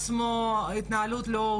אני יודעת שאתם התלבטתם אם לבוא לפה או לא,